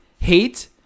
hate